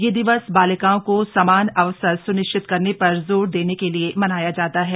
यह दिवस बालिकाओं को समान अवसर सुनिश्चित करने पर जोर देने के लिए मनाया जाता है